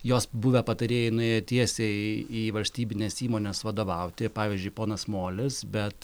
jos buvę patarėjai nuėjo tiesiai į valstybines įmones vadovauti pavyzdžiui ponas molis bet